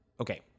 okay